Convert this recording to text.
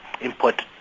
import